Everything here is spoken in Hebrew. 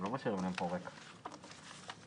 בנוסח הראשון שהבאתם לאישור הוועדה ניתנו סמכויות פיקוח לכל